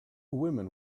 women